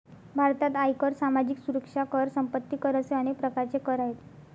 भारतात आयकर, सामाजिक सुरक्षा कर, संपत्ती कर असे अनेक प्रकारचे कर आहेत